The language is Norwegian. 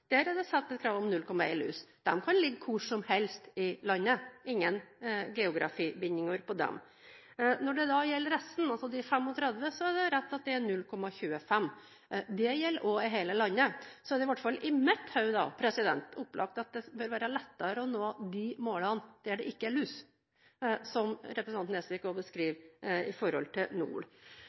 Der er det satt krav tilsvarende 0,1 lus. De kan ligge hvor som helst i landet – det er ingen geografibindinger på dem. Når det gjelder de resterende 35, er det rett at det er krav tilsvarende 0,25 lus. Det gjelder hele landet. I mitt hode er det opplagt at det vil det være lettere å nå de målene der det ikke er lus, slik representanten Nesvik også beskriver, i forhold til